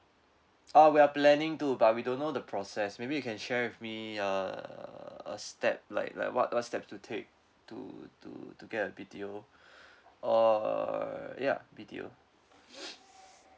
ah we are planning to but we don't know the process maybe you can share with me err a step like like what what steps to take to to to get B_T_O or ya B_T_O